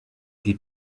die